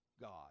God